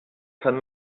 kann